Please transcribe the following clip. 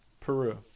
Peru